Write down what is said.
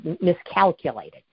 miscalculated